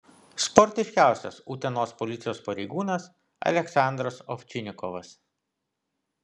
sportiškiausias utenos policijos pareigūnas aleksandras ovčinikovas